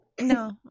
No